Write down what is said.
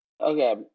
Okay